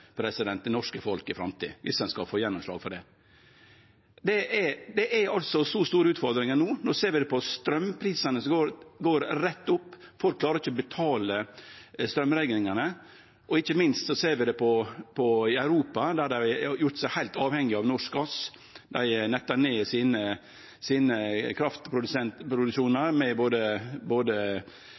det norske folket i framtida dersom ein skal få gjennomslag for det? Det er så store utfordringar no. Vi ser det på straumprisane som går rett opp – folk klarer ikkje å betale straumrekningane – og ikkje minst ser vi det i Europa, der dei har gjort seg heilt avhengige av norsk gass. Dei tek ned kraftproduksjonane sine, både kol og ikkje minst atomkraft. Så står dei der med